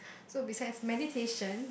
so besides medication